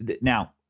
Now